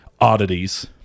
oddities